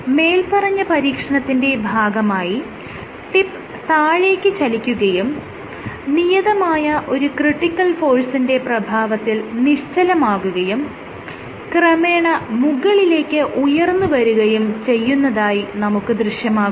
മേല്പറഞ്ഞ പരീക്ഷണത്തിന്റെ ഭാഗമായി ടിപ്പ് താഴേക്ക് ചലിക്കുകയും നിയതമായ ഒരു ക്രിട്ടിക്കൽ ഫോഴ്സിന്റെ പ്രഭാവത്തിൽ നിശ്ചലമാകുകയും ക്രമേണ മുകളിലേക്ക് ഉയർന്ന് വരുകയും ചെയ്യുന്നതായി നമുക്ക് ദൃശ്യമാകുന്നു